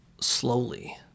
slowly